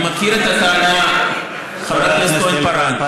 אני מכיר את הטענה, חברת הכנסת כהן-פארן.